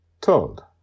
Told